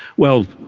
well,